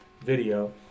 video